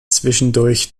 zwischendurch